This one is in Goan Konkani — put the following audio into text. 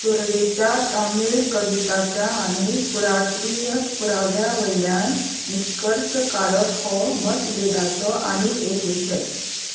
सुरवेच्या तामीळ कविताच्या आनी पुरात्वीय पुराव्या वयल्यान निश्कर्श काडप हो मतभेदाचो आनीक एक विशय